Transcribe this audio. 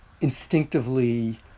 instinctively